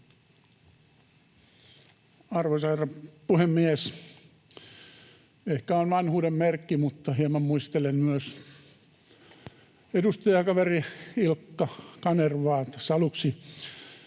Arvoisa herra puhemies! Ehkä on vanhuuden merkki, mutta hieman myös muistelen edustajakaveri Ilkka Kanervaa tässä aluksi.